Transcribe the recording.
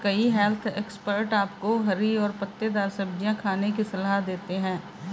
कई health expert आपको हरी और पत्तेदार सब्जियां खाने की सलाह देते हैं